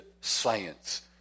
science